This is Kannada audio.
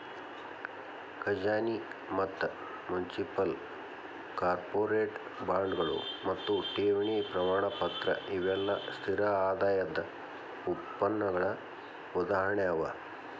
ಖಜಾನಿ ಮತ್ತ ಮುನ್ಸಿಪಲ್, ಕಾರ್ಪೊರೇಟ್ ಬಾಂಡ್ಗಳು ಮತ್ತು ಠೇವಣಿ ಪ್ರಮಾಣಪತ್ರ ಇವೆಲ್ಲಾ ಸ್ಥಿರ ಆದಾಯದ್ ಉತ್ಪನ್ನಗಳ ಉದಾಹರಣೆ ಅವ